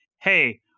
Hey